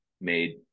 made